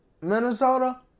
Minnesota